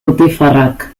butifarrak